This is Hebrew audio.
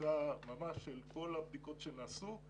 ממש של כל הבדיקות שנעשו.